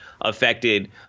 affected